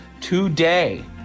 today